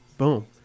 Boom